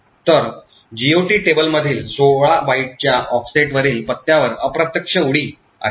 तर GOT टेबलमधील 16 बाइटच्या ऑफसेटवरील पत्त्यावर अप्रत्यक्ष उडी आहे